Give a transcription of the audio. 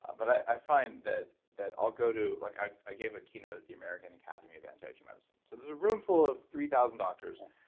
but i find that that i'll go to, like i gave a keynote at the american academy of anti-aging medicine. so there's a room full of three thousand doctors,